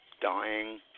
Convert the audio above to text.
dying